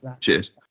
Cheers